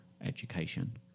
education